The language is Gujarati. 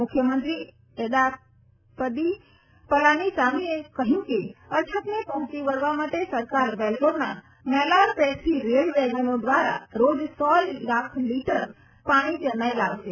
મુખ્યમંત્રી એદાપ્પદી પલાનીસામીએ કહયું કે અછતને પહોંચી વળવા માટે સરકાર વેલ્લોરના મેલારપેટથી રેલ વેગનો દ્વારા રોજ સો લાખ લીટર પાણી ચેન્નઈ લાવશે